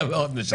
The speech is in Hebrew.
זה מאוד משנה.